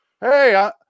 hey